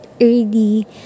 early